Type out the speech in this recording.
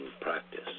practice